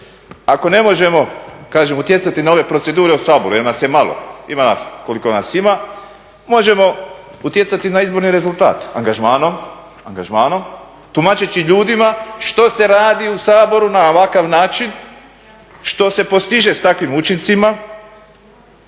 ako ne možemo utjecati na ove procedure u Saboru, jer nas je malo, ima nas koliko nas ima, možemo utjecati na izborni rezultat angažmanom, tumačeći ljudima što se radi u Saboru na ovakav način, što se postiže s takvim učincima,